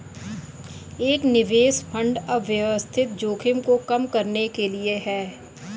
एक निवेश फंड अव्यवस्थित जोखिम को कम करने के लिए है